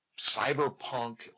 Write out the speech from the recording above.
cyberpunk